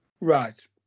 Right